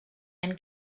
and